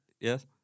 Yes